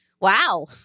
wow